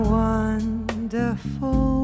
wonderful